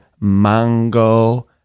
mango